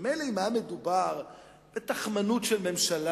מילא אם היה מדובר בתכמנות של ממשלה,